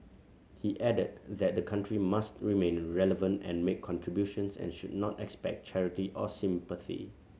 he added that the country must remain relevant and make contributions and should not expect charity or sympathy